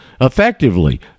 effectively